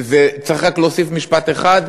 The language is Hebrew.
צריך רק להוסיף משפט אחד: